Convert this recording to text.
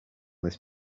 this